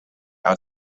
out